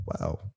wow